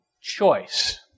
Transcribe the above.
choice